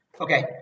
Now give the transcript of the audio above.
Okay